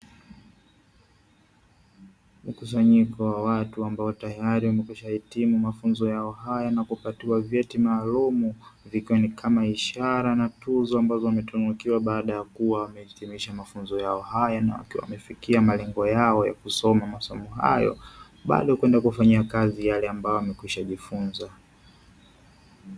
Mkusanyiko wa watu ambao tayari wamekwisha hitimu mafunzo yao na kupatiwa vyeti maalumu, ikiwa ni kama ishara na tuzo ambazo wametunukiwa baada ya kumaliza mafunzo hayo, na kufikia malengo yao ya kusoma masomo hayo, bado kwenda kufanyia kazi yale ambayo wamekwishajifunza.